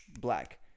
Black